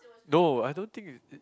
no I don't think it it